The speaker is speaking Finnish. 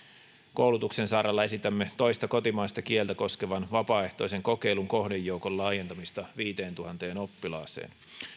koulutuksen saralla esitämme toista kotimaista kieltä koskevan vapaaehtoisen kokeilun kohdejoukon laajentamista viiteentuhanteen oppilaaseen